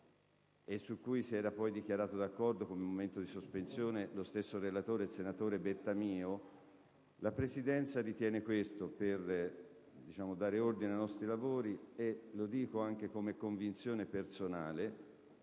e su cui si è poi dichiarato d'accordo, al momento della sospensione, lo stesso relatore, senatore Bettamio, la Presidenza ritiene, per dare ordine ai nostri lavori e anche per convinzione personale,